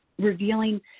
Revealing